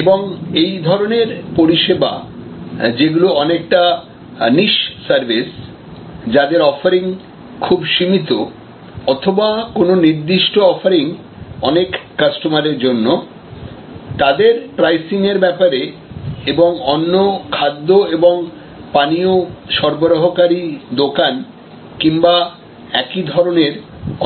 এবং এই ধরনের পরিষেবা যেগুলো অনেকটা নিস সার্ভিস যাদের অফারিং খুব সীমিত অথবা কোন নির্দিষ্ট অফারিং অনেক কাস্টমারের জন্য তাদের প্রাইসিংএর ব্যাপারে এবং অন্য খাদ্য এবং পানীয় সরবরাহকারী দোকান কিংবা একই ধরনের